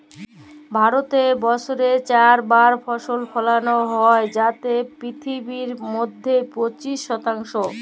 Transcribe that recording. ভারতে বসরে চার বার ফসল ফলালো হ্যয় যাতে পিথিবীর মইধ্যে পঁচিশ শতাংশ